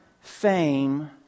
fame